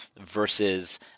versus